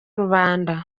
rubanda